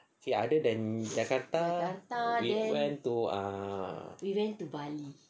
ya other than jakarta we went to ah